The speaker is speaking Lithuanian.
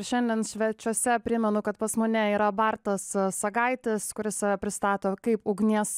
šiandien svečiuose primenu kad pas mane yra bartas sagaitis kuris save pristato kaip ugnies